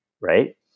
Right